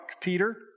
Peter